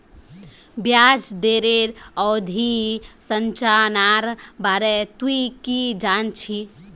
ब्याज दरेर अवधि संरचनार बारे तुइ की जान छि